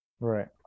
Right